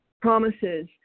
promises